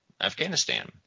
Afghanistan